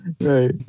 Right